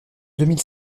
mille